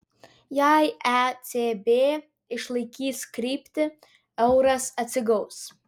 jei ecb išlaikys kryptį euras atsigaus